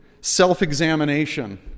self-examination